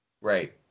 Right